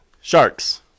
Sharks